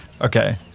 okay